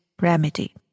remedy